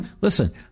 listen